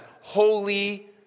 holy